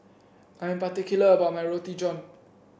I am particular about my Roti John